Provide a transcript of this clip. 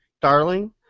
darling